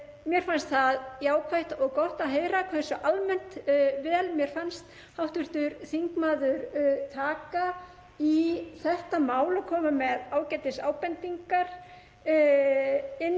mér fannst jákvætt og gott að heyra hversu almennt vel mér fannst hv. þingmaður taka í þetta mál og koma með ágætisábendingar